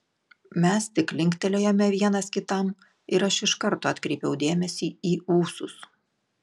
mes tik linktelėjome vienas kitam ir aš iš karto atkreipiau dėmesį į ūsus